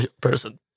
person